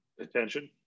Attention